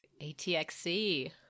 atxc